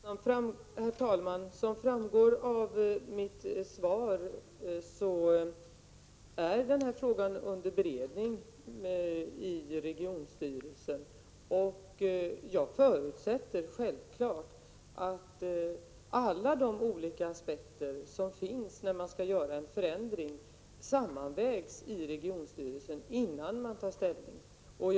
Herr talman! Som framgår av mitt svar är denna fråga under beredning. Jag förutsätter att alla olika aspekter vid en förändring sammanvägs innan regionstyrelsen tar ställning.